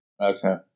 Okay